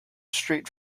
street